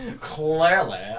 Clearly